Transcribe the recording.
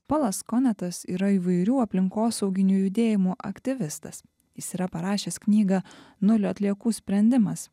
polas konatas yra įvairių aplinkosauginių judėjimų aktyvistas jis yra parašęs knygą nulio atliekų sprendimas